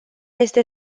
este